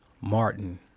Martin